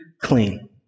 clean